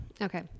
Okay